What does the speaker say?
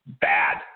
bad